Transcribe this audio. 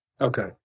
Okay